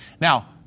Now